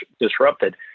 disrupted